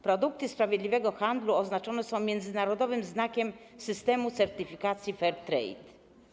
Produkty sprawiedliwego handlu oznaczone są międzynarodowym znakiem systemu certyfikacji fair trade.